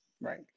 right